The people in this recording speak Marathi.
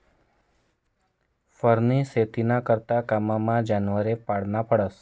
फरनी शेतीना करता कामना जनावरे पाळना पडतस